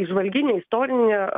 įžvalginę istorinę